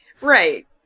right